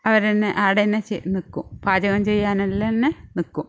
അവരെന്നെ ആടെന്നെ നിൽക്കും പാചകം ചെയ്യാനല്ലാന്നെ നിൽക്കും